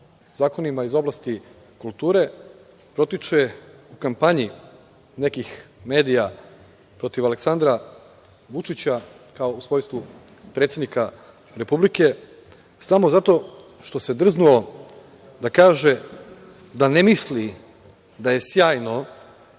zakonima iz oblasti kulture protiče u kampanji nekih medija protiv Aleksandra Vučića, u svojstvu predsednika Republike, samo zato što se drznuo da kaže da ne misli da je sjajno